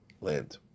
land